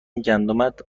گندمت